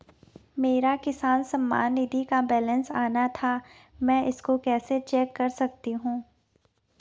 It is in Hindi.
मेरा किसान सम्मान निधि का बैलेंस आना था मैं इसको कैसे चेक कर सकता हूँ?